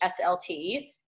SLT